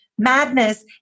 madness